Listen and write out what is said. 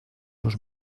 los